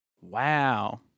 Wow